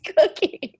cooking